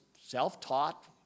self-taught